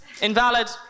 Invalid